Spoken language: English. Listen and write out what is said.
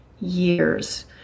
years